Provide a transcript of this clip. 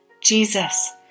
Jesus